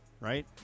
right